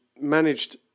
managed